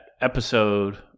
episode